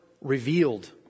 Revealed